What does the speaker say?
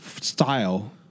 Style